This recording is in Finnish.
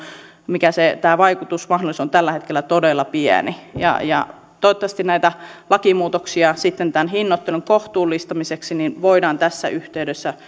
tämä vaikutusmahdollisuus on tällä hetkellä todella pieni toivottavasti näitä lakimuutoksia sitten hinnoittelun kohtuullistamiseksi voidaan tässä yhteydessä